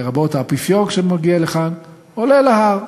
לרבות האפיפיור, כשהוא מגיע לכאן, עולה להר,